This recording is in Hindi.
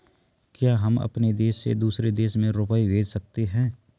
क्या हम अपने देश से दूसरे देश में रुपये भेज सकते हैं?